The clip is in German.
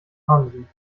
hansen